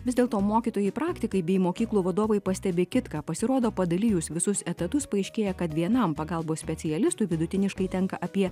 vis dėlto mokytojai praktikai bei mokyklų vadovai pastebi kitką pasirodo padalijus visus etatus paaiškėja kad vienam pagalbos specialistui vidutiniškai tenka apie